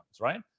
right